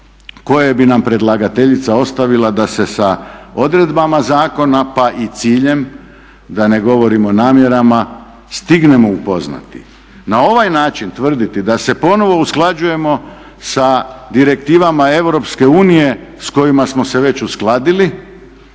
koje bi nam predlagateljica ostavila da se sa odredbama zakona pa i ciljem, da ne govorim o namjerama, stignemo upoznati. Na ovaj način tvrditi da se ponovo usklađujemo sa direktivama EU s kojima smo se već uskladili,